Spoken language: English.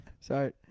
Sorry